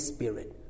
Spirit